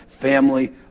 Family